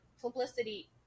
publicity